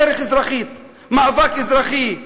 דרך אזרחית, מאבק אזרחי.